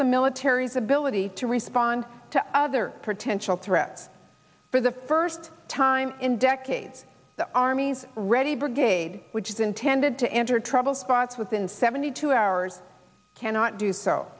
the military's ability to respond to other potential threats for the first time in decades the army's ready brigade which is intended to enter trouble spots within seventy two hours cannot do so